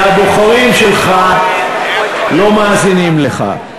שהבוחרים שלך לא מאזינים לך.